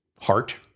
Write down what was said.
heart